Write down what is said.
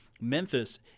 Memphis